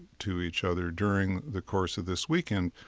to each other during the course of this weekend.